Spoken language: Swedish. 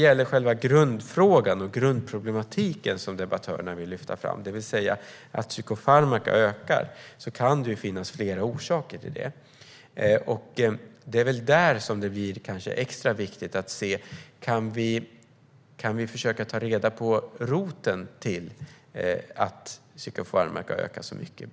Den grundfråga och problematik som debattörerna vill lyfta fram, det vill säga att psykofarmaka ökar, kan det finnas flera orsaker till. Där blir det extra viktigt att försöka ta reda på roten till att psykofarmaka ökar mycket.